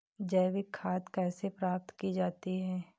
जैविक खाद कैसे प्राप्त की जाती है?